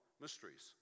Mysteries